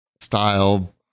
style